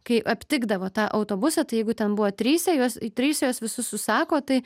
kai aptikdavo tą autobusą tai jeigu ten buvo tryse juos i tryse juos visus susako tai